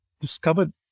discovered